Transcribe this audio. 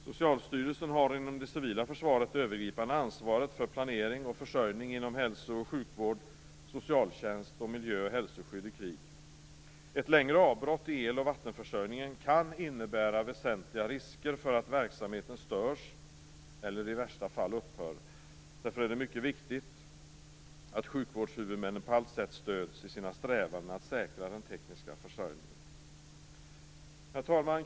Socialstyrelsen har inom det civila försvaret det övergripande ansvaret för planering och försörjning inom hälso och sjukvård, socialtjänst och miljö och hälsoskydd i krig. Ett längre avbrott i eloch vattenförsörjningen kan innebära väsentliga risker för att verksamheten störs eller i värsta fall upphör. Därför är det mycket viktigt att sjukvårdshuvudmännen på allt sätt stöds i sina strävanden att säkra den tekniska försörjningen. Herr talman!